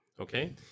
okay